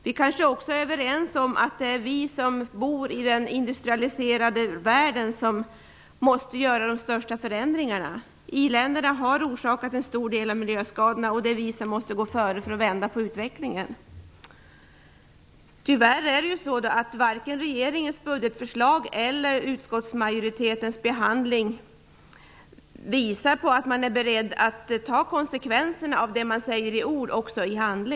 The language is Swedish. Vi kanske också är överens om att det är vi som bor i den industrialiserade världen som måste göra de största förändringarna. I länderna har orsakat en stor del av miljöskadorna. Det är vi som måste gå före för att vända på utvecklingen. Tyvärr visar varken regeringens budgetförslag eller utskottsmajoritetens behandling att man är beredd att i handling ta konsekvenserna av det man säger i ord.